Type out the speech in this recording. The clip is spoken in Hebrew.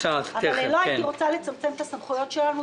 אבל לא הייתי רוצה לצמצם את הסמכויות שלנו,